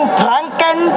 drunken